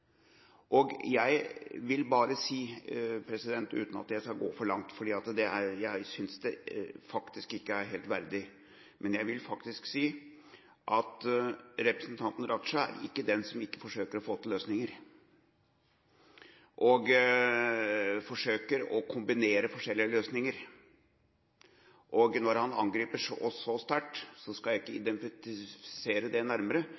saken. Jeg vil bare si – uten at jeg skal gå for langt, for jeg synes faktisk ikke det er helt verdig – at representanten Raja er ikke den som ikke forsøker å få til løsninger eller kombinere forskjellige løsninger. Når han angriper oss så sterkt, skal jeg ikke identifisere det nærmere,